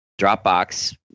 Dropbox